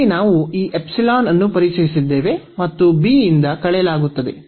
ಇಲ್ಲಿ ನಾವು ಈ ಎಪ್ಸಿಲಾನ್ ಅನ್ನು ಪರಿಚಯಿಸಿದ್ದೇವೆ ಮತ್ತು b ಯಿಂದ ಕಳೆಯಲಾಗುತ್ತದೆ